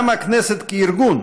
גם הכנסת כארגון